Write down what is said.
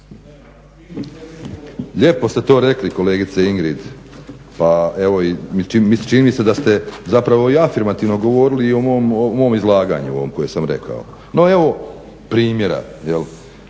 Lijepo ste to rekli kolegice Ingrid, pa evo čini mi se da ste zapravo i afirmativno govorili i o mom izlaganju ovom koje sam rekao. No evo primjera. EBRD